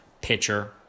pitcher